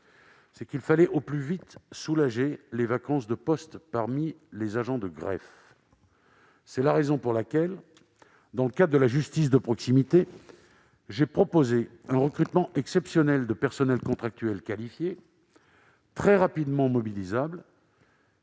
c'est qu'il fallait au plus vite combler les vacances de postes parmi les agents de greffe. C'est la raison pour laquelle, dans le cadre de la justice de proximité, j'ai proposé un recrutement exceptionnel de personnels contractuels qualifiés, très rapidement mobilisables,